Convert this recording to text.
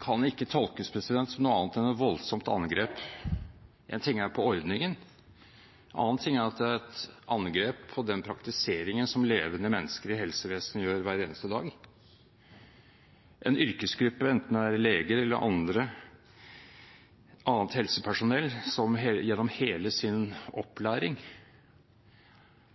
kan ikke tolkes som noe annet enn et voldsomt angrep på ordningen – det er én ting. Noe annet er at det er et angrep på den praktiseringen som levende mennesker i helsevesenet gjør hver eneste dag, en yrkesgruppe, enten det er leger eller annet helsepersonell, som gjennom hele sin opplæring